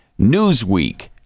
Newsweek